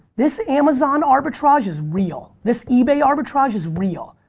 this amazon arbitrage is real. this ebay arbitrage is real.